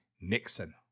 Nixon